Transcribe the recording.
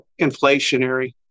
inflationary